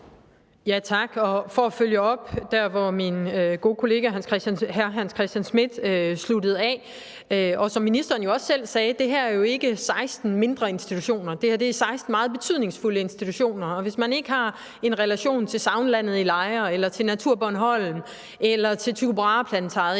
Tak. Jeg vil følge op der, hvor min gode kollega hr. Hans Christian Schmidt sluttede af. Som ministeren jo også selv sagde, er det her jo ikke 16 mindre institutioner. Det her er 16 meget betydningsfulde institutioner, og hvis man ikke har en relation til Sagnlandet Lejre eller til NaturBornholm eller til Tycho Brahe Planetarium,